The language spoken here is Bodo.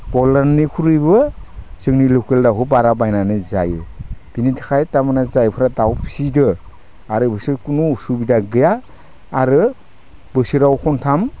बयलारनिख्रुइबो जोंनि लकेल दाउखौ बारा बायनानै जायो बिनि थाखाय तारमाने जायफ्रा दाउ फिसिदो आरो बिसोर कुनु उसुबिदा गैया आरो बोसोराव खनथाम